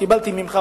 קיבלתי ממך,